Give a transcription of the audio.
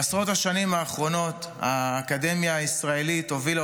בעשרות השנים האחרונות האקדמיה הישראלית הובילה